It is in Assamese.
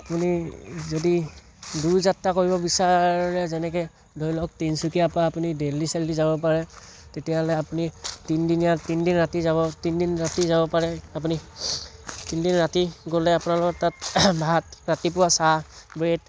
আপুনি যদি দূৰ যাত্ৰা কৰিব বিচাৰে যেনেকৈ ধৰি লওক তিনচুকীয়াৰপৰা আপুনি দেল্লী চেল্লী যাব পাৰে তেতিয়াহ'লে তিনদিনীয়া তিনদিন ৰাতি যাব তিনদিন ৰাতি যাব পাৰে আপুনি তিনদিন ৰাতি গ'লে আপোনালোকৰ তাত ভাত ৰাতিপুৱা চাহ ব্ৰেড